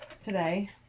today